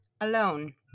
alone